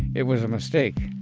it was a mistake.